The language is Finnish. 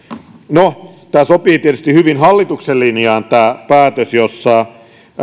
no tietysti sopii hyvin hallituksen linjaan tämä päätös jossa